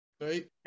Right